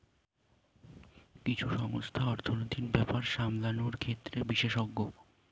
কিছু সংস্থা অর্থনীতির ব্যাপার সামলানোর ক্ষেত্রে বিশেষজ্ঞ